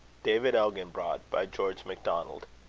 david elginbrod by george macdonald